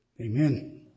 Amen